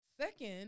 second